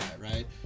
right